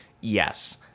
Yes